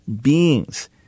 beings